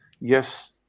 Yes